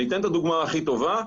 אני אתן את הדוגמה הכי טובה,